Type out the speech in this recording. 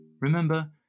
Remember